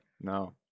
no